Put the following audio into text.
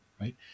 right